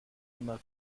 immer